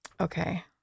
Okay